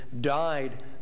died